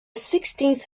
sixteenth